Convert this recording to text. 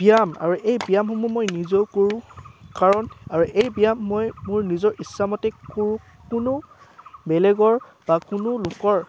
ব্যায়াম আৰু এই ব্যায়ামসমূহ মই নিজেও কৰোঁ কাৰণ আৰু এই ব্যায়াম মই মোৰ নিজৰ ইচ্ছামতে কৰো কোনো বেলেগৰ বা কোনো লোকৰ